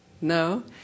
No